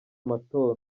matora